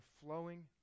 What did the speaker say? flowing